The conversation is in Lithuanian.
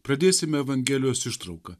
pradėsime evangelijos ištrauka